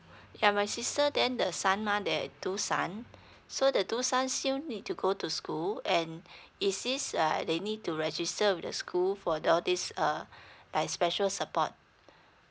yeah my sister then the son mah there two son so the two sons still need to go to school and is this uh they need to register with the school for all these uh like special support